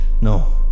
No